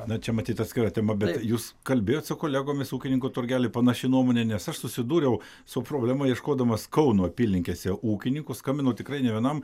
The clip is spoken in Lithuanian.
na čia matyt atskira tema bet jūs kalbėjot su kolegomis ūkininkų turgely panaši nuomonė nes aš susidūriau su problema ieškodamas kauno apylinkėse ūkininkų skambinau tikrai nė vienam